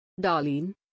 Darlene